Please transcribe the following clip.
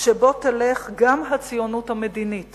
שבו תלך גם הציונות המדינית